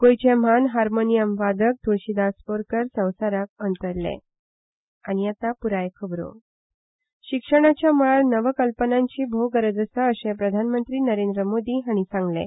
गोंयचे म्हान हार्मोनियम वादक तुळशीदास बोरकार संवसाराक अंतरले शिक्षणाच्या मळार नवकल्पनांची भोव गरज आसा अशे प्रधानमंत्री नरेंद्र मोदी हांणी सांगलां